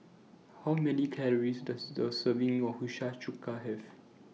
How Many Calories Does A Serving of Hiyashi Chuka Have